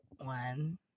One